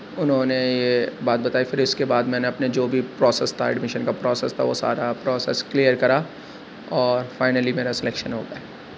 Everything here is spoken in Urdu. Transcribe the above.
انہوں نے یہ بات بتائی پھر اس کے بعد میں نے اپنے جو بھی پروسیز تھا ایڈمش کا پروسیز تھا وہ سارا پروسیز کلیئر کرا اور فائنلی میرا سلیکشن ہو گیا